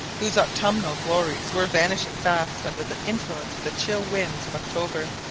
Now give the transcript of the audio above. whose autumnal glories were vanishing fast under the influence of the chill winds of october.